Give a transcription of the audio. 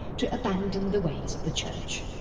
to abandon the ways of the church.